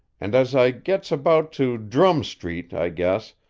and as i gets about to drumm street, i guess,